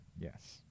Yes